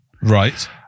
right